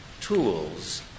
tools